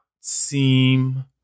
seem